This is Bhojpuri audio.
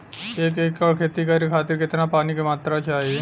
एक एकड़ खेती करे खातिर कितना पानी के मात्रा चाही?